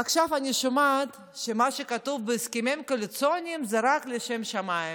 עכשיו אני שומעת שמה שכתוב בהסכמים הקואליציוניים זה רק לשם שמיים: